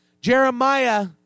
Jeremiah